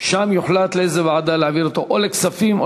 שם יוחלט לאיזו ועדה להעביר אותו, או לכספים או